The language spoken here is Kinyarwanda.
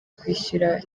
kwishyura